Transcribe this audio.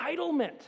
entitlement